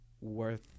worth